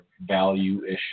value-ish